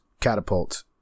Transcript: catapult